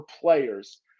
players